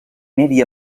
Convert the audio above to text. medi